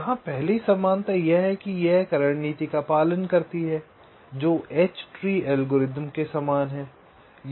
यहां पहली समानता यह है कि यह एक रणनीति का पालन करती है जो एच ट्री एल्गोरिदम के समान है